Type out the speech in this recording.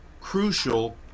crucial